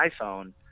iPhone